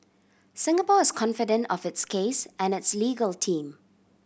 Singapore is confident of its case and its legal team